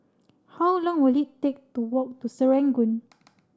how long will it take to walk to Serangoon